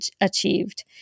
achieved